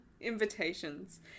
invitations